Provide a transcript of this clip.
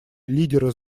лидеры